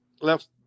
left